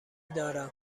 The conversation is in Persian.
دارم